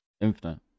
Infinite